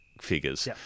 figures